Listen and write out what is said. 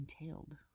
entailed